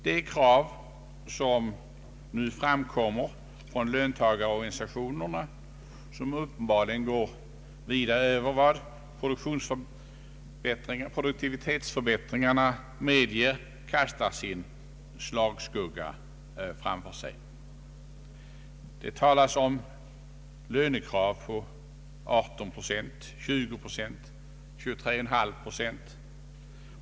De krav som nu framkommer från löntagarorganisationerna, och vilka uppenbarligen vida överstiger vad produktivitetsförbättringarna medger, kas Allmänpolitisk debatt tar sin slagskugga framför sig. Det talas om lönekrav på 18 procent, 20 procent, 23,5 procent.